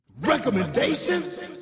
Recommendations